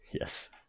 Yes